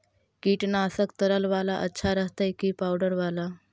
कीटनाशक तरल बाला अच्छा रहतै कि पाउडर बाला?